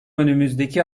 önümüzdeki